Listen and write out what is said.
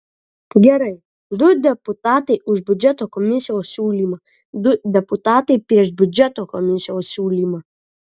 gerai du deputatai už biudžeto komisijos siūlymą du deputatai prieš biudžeto komisijos siūlymą